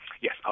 Yes